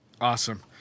Awesome